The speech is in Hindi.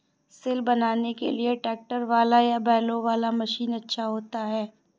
सिल बनाने के लिए ट्रैक्टर वाला या बैलों वाला मशीन अच्छा होता है?